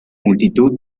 multitud